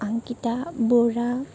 Ankita Bora